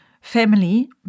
family